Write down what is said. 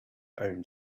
own